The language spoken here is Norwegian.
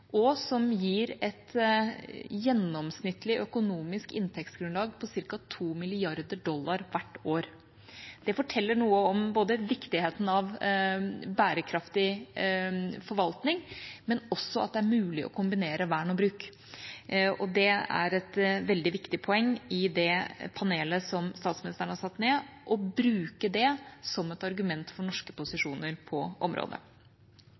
og som gir et gjennomsnittlig økonomisk inntektsgrunnlag på ca. 2 mrd. dollar hvert år. Det forteller noe om viktigheten av bærekraftig forvaltning, men også at det er mulig å kombinere vern og bruk. Og det er et veldig viktig poeng i det panelet statsministeren har satt ned: å bruke det som et argument for norske posisjoner på området.